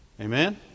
amen